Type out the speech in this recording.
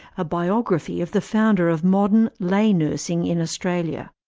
a biography of the founder of modern, lay nursing in australia.